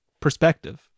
perspective